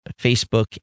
Facebook